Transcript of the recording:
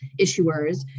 issuers